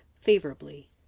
favorably